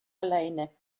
alleine